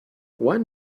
one